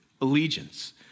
allegiance